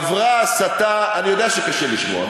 אני יודע שקשה לשמוע.